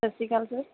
ਸਤਿ ਸ਼੍ਰੀ ਅਕਾਲ ਸਰ